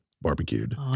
barbecued